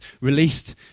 released